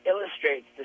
illustrates